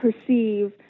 perceive